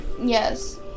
Yes